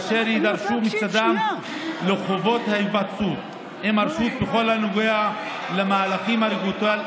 והם יידרשו מצידם לחובת היוועצות עם הרשות בכל הנוגע למהלכים רגולטוריים